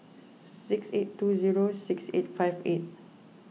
six eight two zero six eight five eight